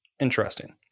Interesting